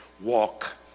walk